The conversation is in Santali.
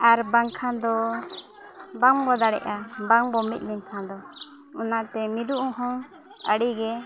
ᱟᱨ ᱵᱟᱝᱠᱷᱟᱱ ᱫᱚ ᱵᱟᱝᱵᱚᱱ ᱫᱟᱲᱮᱭᱟᱜᱼᱟ ᱵᱟᱝᱵᱚᱱ ᱢᱤᱫ ᱞᱮᱱᱠᱷᱟᱱ ᱫᱚ ᱚᱱᱟᱛᱮ ᱢᱤᱫᱚᱜ ᱦᱚᱸ ᱟᱹᱰᱤᱜᱮ